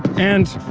and,